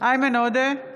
איימן עודה,